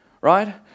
right